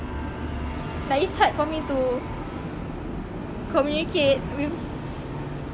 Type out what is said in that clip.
like it's hard for me to communicate with